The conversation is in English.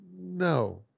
No